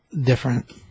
different